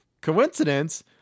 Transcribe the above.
coincidence